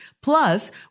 Plus